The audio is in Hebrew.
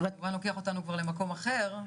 זה כמובן לוקח אותנו כבר למקום אחר.